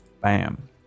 Bam